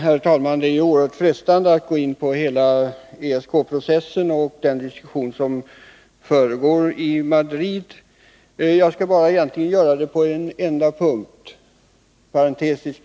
Herr talman! Det är frestande att gå in på hela ESK-processen och den diskussion som försiggår i Madrid. Jag skall egentligen bara göra det på en punkt.